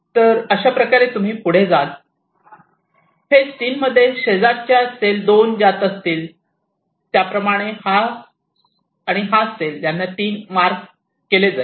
तर अशा प्रकारे तुम्ही पुढे जाल फेज 3 मध्ये शेजारच्या सेल २ ज्यात असतील त्याप्रमाणे हा सेल आणि हा सेल त्यांना 3 असे मार्क केले जाईल